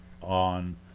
on